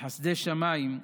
בחסדי שמיים,